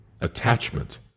attachment